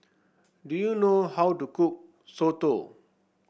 do you know how to cook Soto